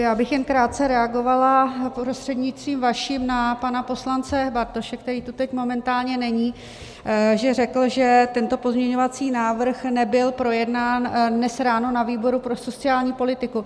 Já bych jen krátce reagovala prostřednictvím vaším na pana poslance Bartoše, který teď momentálně není, že řekl, že tento pozměňovací návrh nebyl projednán dnes ráno na výboru pro sociální politiku.